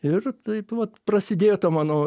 ir taip vat prasidėjo ta mano